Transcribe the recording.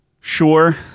Sure